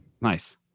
Nice